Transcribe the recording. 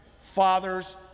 father's